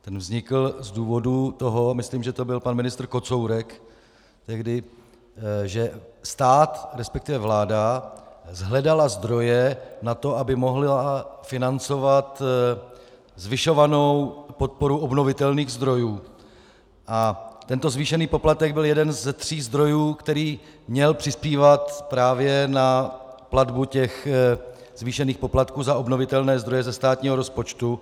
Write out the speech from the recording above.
Ten vznikl z důvodů toho, myslím, že to byl pan ministr Kocourek, že stát, resp. vláda hledala zdroje na to, aby mohla financovat zvyšovanou podporu obnovitelných zdrojů, a tento zvýšený poplatek byl jeden ze tří zdrojů, který měl přispívat právě na platbu těch zvýšených poplatků za obnovitelné zdroje ze státního rozpočtu.